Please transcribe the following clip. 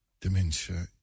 dementia